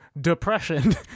depression